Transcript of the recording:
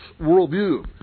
worldview